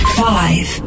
five